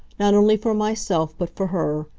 not only for myself, but for her.